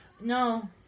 No